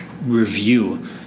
review